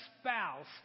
spouse